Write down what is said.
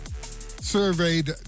surveyed